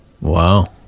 Wow